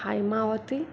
Haimavathi